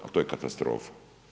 Pa to je katastrofa.